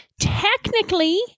Technically